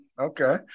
okay